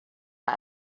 are